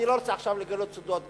אני לא רוצה עכשיו לגלות סודות,